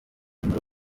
muri